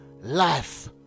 life